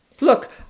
Look